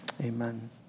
Amen